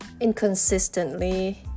inconsistently